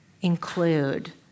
include